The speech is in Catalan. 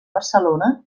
barcelona